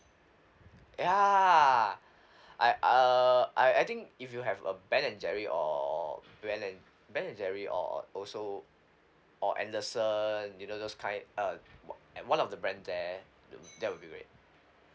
ya I err I I think if you have a ben and jerry or ben and ben and jerry or also or anderson you know those kind uh wa~ one of the brand there that will be great